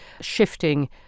shifting